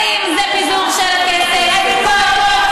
חבר כנסת מהמחנה הציוני והוציא הודעה לתקשורת ואמר שמר כלכלה,